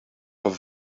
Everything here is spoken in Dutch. een